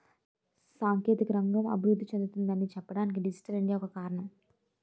సాంకేతిక రంగం అభివృద్ధి చెందుతుంది అని చెప్పడానికి డిజిటల్ ఇండియా ఒక కారణం